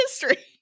history